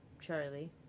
Charlie